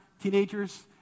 teenagers